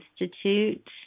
Institute